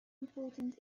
important